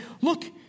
Look